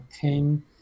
came